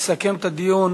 יסכם את הדיון